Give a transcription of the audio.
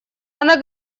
она